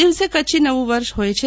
આ દિવસે કચ્છી નવું વર્ષ હોય છે